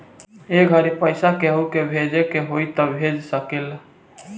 ए घड़ी पइसा केहु के भेजे के होई त भेज सकेल